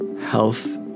health